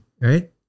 right